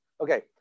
Okay